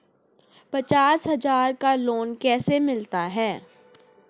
पचास हज़ार का लोन कैसे मिलता है?